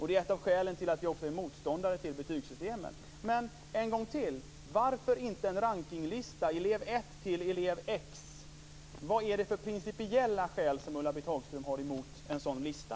Det är ett av skälen till att vi också är motståndare till betygssystemen. En gång till: Varför inte en rankningslista med "elev ett" t.o.m. "elev x"? Vad är det för principiella skäl som Ulla-Britt Hagström har emot en sådan lista?